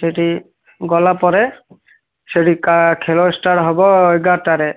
ସେଇଠି ଗଲା ପରେ ସେଇଠି କା ଖେଳ ଷ୍ଟାର୍ଟ ହେବ ଏଗାରଟାରେ